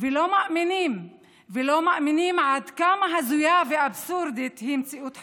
ולא מאמינים עד כמה הזויה ואבסורדית היא מציאות חייהם.